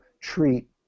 treat